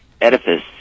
edifice